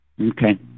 Okay